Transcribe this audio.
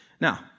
Now